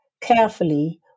carefully